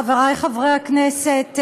חברי חברי הכנסת,